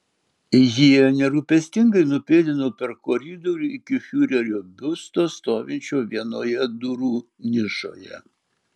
jie nerūpestingai nupėdino per koridorių iki fiurerio biusto stovinčio vienoje durų nišoje